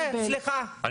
סליחה,